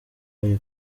bari